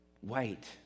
white